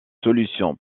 solutions